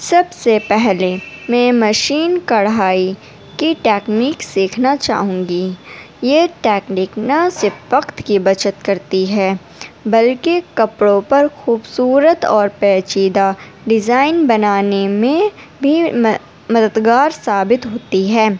سب سے پہلے میں مشین کڑھائی کی ٹیکنیک سیکھنا چاہوں گی یہ ٹیکنیک نہ صرف وقت کی بچت کرتی ہے بلکہ کپڑوں پر خوبصورت اور پیچیدہ ڈیزائن بنانے میں بھی مددگار ثابت ہوتی ہے